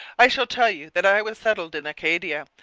i shall tell you that i was settled in acadia.